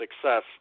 success